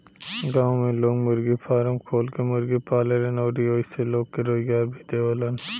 गांव में लोग मुर्गी फारम खोल के मुर्गी पालेलन अउरी ओइसे लोग के रोजगार भी देलन